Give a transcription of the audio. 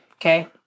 okay